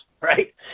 right